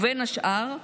בין השאר,